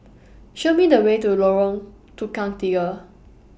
Show Me The Way to Lorong Tukang Tiga